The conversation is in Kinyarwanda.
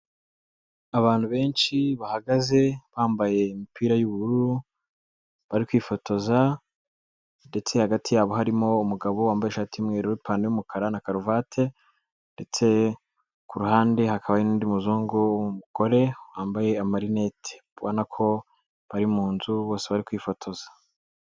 Abantu benshi bahagaze bambaye imipira y'ubururu, bari kwifotoza ndetse hagati yabo harimo umugabo wambaye ishati y'umweru, ipantaro y'umukara na karuvati ndetse ku ruhande hakaba hari n'undi muzungu w'umugore wambaye amarinete, ubona ko bari mu nzu bose bari kwifotoza.